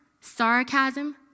sarcasm